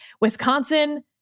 Wisconsin